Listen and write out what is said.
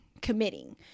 committing